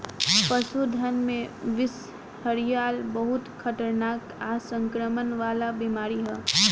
पशुधन में बिषहरिया बहुत खतरनाक आ संक्रमण वाला बीमारी ह